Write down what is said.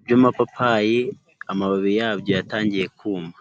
iby'amapapayi amababi yabyo yatangiye kuma.